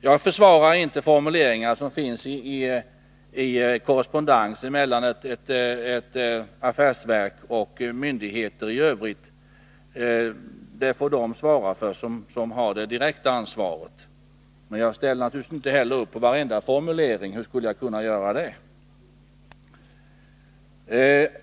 Jag försvarar inte formuleringar som finns i korrespondensen mellan affärsverk och myndigheter. Det får de göra som har det direkta ansvaret. Jag ställer mig naturligtvis inte heller bakom varenda formulering — hur skulle jag kunna göra det?